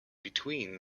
between